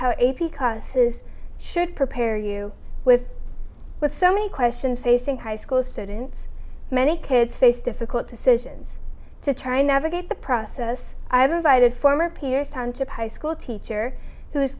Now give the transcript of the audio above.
how a p classes should prepare you with with so many questions facing high school students many kids face difficult decisions to try navigate the process i have invited former peers township high school teacher who is